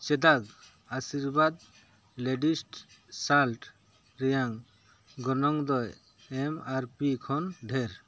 ᱪᱮᱫᱟᱜ ᱟᱥᱤᱨᱵᱟᱫ ᱞᱮᱰᱤᱥ ᱥᱟᱞᱴ ᱨᱮᱭᱟᱝ ᱜᱚᱱᱚᱝ ᱫᱚ ᱮᱢ ᱟᱨ ᱯᱤ ᱠᱷᱚᱱ ᱰᱷᱮᱨ